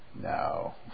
No